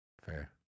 Fair